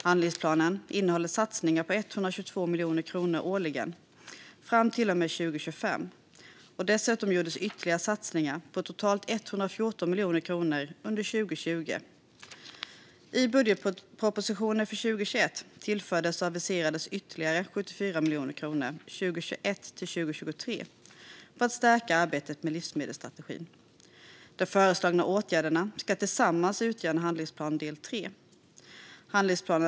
Handlingsplanen innehåller satsningar på 122 miljoner kronor årligen till och med 2025. Dessutom gjordes ytterligare satsningar på totalt 114 miljoner kronor under 2020. I budgetpropositionen för 2021 tillfördes och aviserades ytterligare 74 miljoner kronor 2021-2023 för att stärka arbetet med livsmedelsstrategin. De föreslagna åtgärderna ska tillsammans utgöra den tredje delen av en handlingsplan.